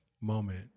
moment